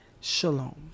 Shalom